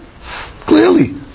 Clearly